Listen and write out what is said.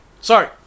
Sorry